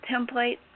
template